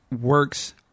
works